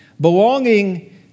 Belonging